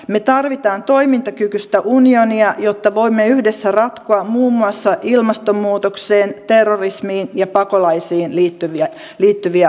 me tarvitsemme toimintakykyistä unionia jotta voimme yhdessä ratkoa muun muassa ilmastonmuutokseen terrorismiin ja pakolaisiin liittyviä haasteita